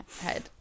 head